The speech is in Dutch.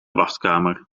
wachtkamer